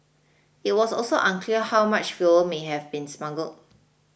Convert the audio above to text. it was also unclear how much fuel may have been smuggled